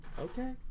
Okay